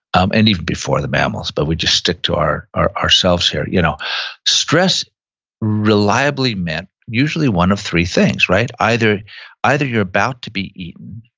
um and even before the mammals but we'll just stick to ah ourselves here, you know stress reliably meant usually one of three things, right? either either you're about to be eaten,